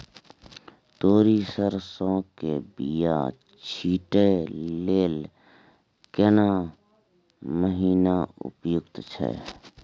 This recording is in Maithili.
तोरी, सरसो के बीया छींटै लेल केना महीना उपयुक्त छै?